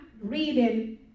reading